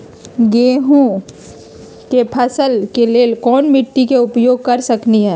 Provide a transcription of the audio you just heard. हम गेंहू के फसल के लेल कोन मिट्टी के उपयोग कर सकली ह?